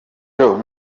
joe